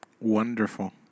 Wonderful